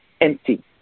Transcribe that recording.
empty